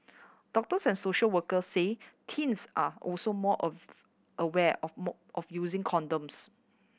doctors and social workers say teens are also more aware of of using condoms